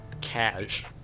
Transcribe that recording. cash